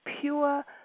pure